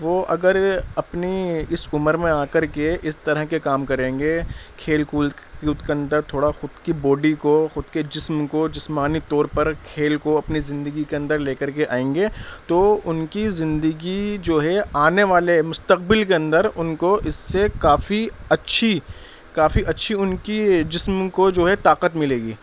وہ اگر اپنی اس عمر میں آ کر کے اس طرح کے کام کریں گے کھیل کول کود کنتا تھوڑا خود کی باڈی کو خود کے جسم کو جسمانی طور پر کھیل کو اپنی زندگی کے اندر لے کر کے آئیں گے تو ان کی زندگی جو ہے آنے والے مستقبل کے اندر ان کو اس سے کافی اچھی کافی اچھی ان کی جسم کو جو ہے طاقت ملے گی